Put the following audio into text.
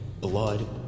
Blood